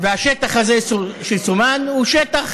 השטח הזה שסומן הוא שטח